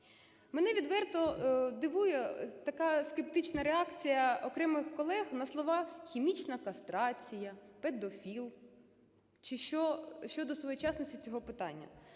Мене відверто дивує така скептична реакція окремих колег на слова "хімічна кастрація", "педофіл" чи щодо своєчасності цього питання.